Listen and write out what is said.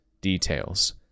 details